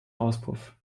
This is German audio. auspuff